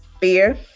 fear